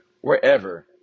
wherever